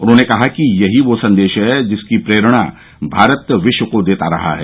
उन्होंने कहा कि यही वह संदेश है जिसकी प्रेरणा भारत विश्व को देता रहा है